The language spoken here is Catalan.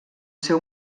seu